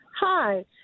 Hi